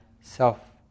self